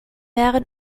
mehrere